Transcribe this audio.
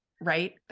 right